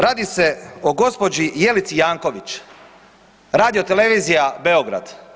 Radi se o gospođi Jelici Janković, Radiotelevizija Beograd.